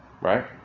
Right